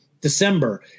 December